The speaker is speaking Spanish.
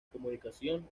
comunicación